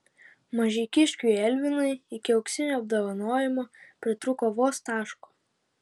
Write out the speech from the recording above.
mažeikiškiui elvinui iki auksinio apdovanojimo pritrūko vos taško